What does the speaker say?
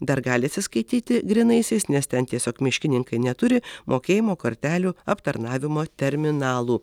dar gali atsiskaityti grynaisiais nes ten tiesiog miškininkai neturi mokėjimo kortelių aptarnavimo terminalų